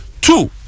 Two